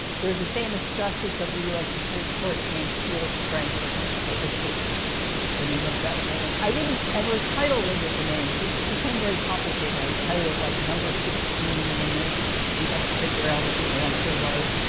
there's a famous justice of the us supreme court named felix frankfurter. so this was the name of that painting. i didn't ever title them with the names. it became very complicated. i would title it, like, number sixteen, and then you'd have to figure out what the answer was.